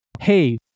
Hey